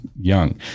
young